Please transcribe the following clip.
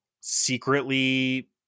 secretly